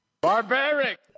Barbaric